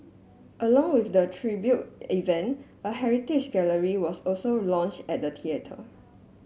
along with the tribute event a heritage gallery was also launch at the theatre